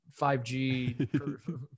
5g